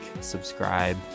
subscribe